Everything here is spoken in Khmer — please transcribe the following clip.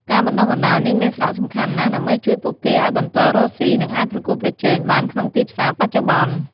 ការបណ្ដុះបណ្ដាលនេះមានសារៈសំខាន់ណាស់ ដើម្បីជួយពួកគេឱ្យបន្តរកស៊ី និងអាចប្រកួតប្រជែងបានក្នុងទីផ្សារបច្ចុប្បន្ន។